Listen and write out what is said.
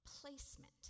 placement